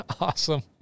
awesome